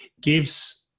gives